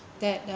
that uh